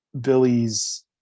billy's